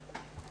תודה.